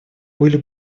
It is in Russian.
были